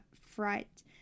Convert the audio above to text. Fright